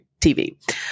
TV